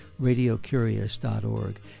radiocurious.org